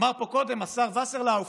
אמר פה קודם השר וסרלאוף